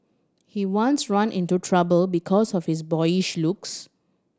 he once ran into trouble because of his boyish looks